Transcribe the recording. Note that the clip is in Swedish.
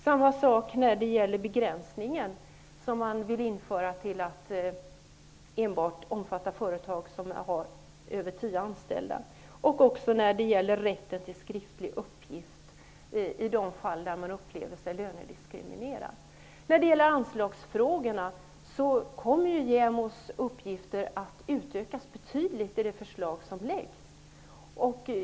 Samma sak gäller för begränsningen som man vill enbart skall omfatta företag med över tio anställda och för rätten till skriftlig uppgift i de fall någon upplever sig vara lönediskriminerad. Beträffande anslagsfrågorna kommer JämO:s uppgifter att utökas betydligt i det förslag som läggs fram.